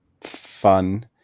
fun